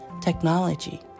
technology